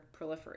proliferate